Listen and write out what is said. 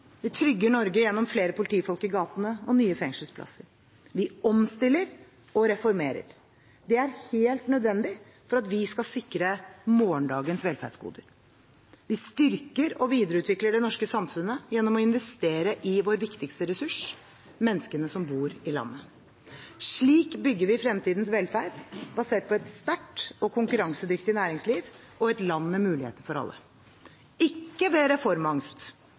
Vi trygger Norge gjennom flere politifolk i gatene og nye fengselsplasser. Vi omstiller og reformerer. Det er helt nødvendig for at vi skal sikre morgendagens velferdsgoder. Vi styrker og videreutvikler det norske samfunnet gjennom å investere i vår viktigste ressurs: menneskene som bor i landet. Slik bygger vi fremtidens velferd, basert på et sterkt og konkurransedyktig næringsliv, og et land med muligheter for alle – ikke ved reformangst,